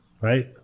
right